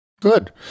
Good